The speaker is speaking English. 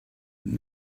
but